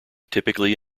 typically